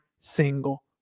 single